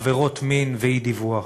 עבירות מין ואי-דיווח.